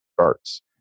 starts